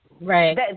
right